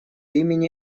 имени